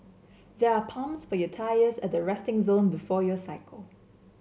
there are pumps for your tyres at the resting zone before you cycle